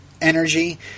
energy